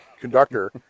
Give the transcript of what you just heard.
conductor